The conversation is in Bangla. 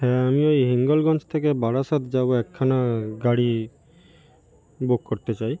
হ্যাঁ আমি ওই হিঙ্গলগঞ্জ থেকে বারাসাত যাবো একখানা গাড়ি বুক করতে চাই